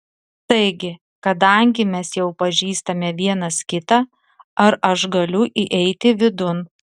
taigi kadangi mes jau pažįstame vienas kitą ar aš galiu įeiti vidun